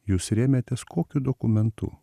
jūs rėmėtės kokiu dokumentu